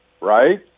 right